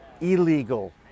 illegal